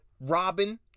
Robin